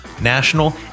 national